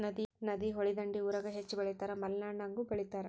ನದಿ, ಹೊಳಿ ದಂಡಿ ಊರಾಗ ಹೆಚ್ಚ ಬೆಳಿತಾರ ಮಲೆನಾಡಾಗು ಬೆಳಿತಾರ